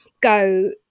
go